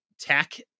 tech